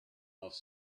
off